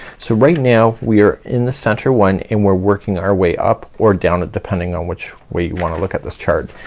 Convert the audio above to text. so right now we are in the center one and we're working our way up or down it depending on which way you wanna look at this chart.